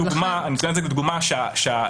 אני רק נותן את זה כדוגמה לכך שהסיווג